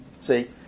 See